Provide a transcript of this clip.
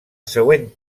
següent